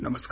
नमस्कार